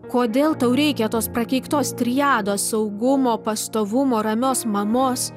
kodėl tau reikia tos prakeiktos triados saugumo pastovumo ramios mamos